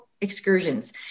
excursions